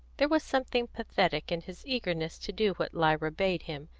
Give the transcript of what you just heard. there was something pathetic in his eagerness to do what lyra bade him,